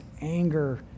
anger